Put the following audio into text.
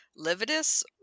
Lividus